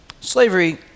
slavery